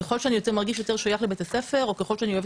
ככל שאני מרגיש יותר שייך לבית הספר או ככל שאני יותר אוהב את